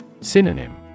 Synonym